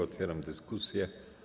Otwieram dyskusję.